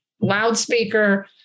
loudspeaker